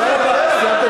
סיימת את